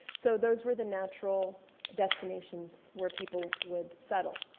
so those were the natural destinations where people would settle.